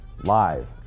live